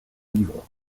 livre